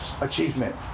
achievement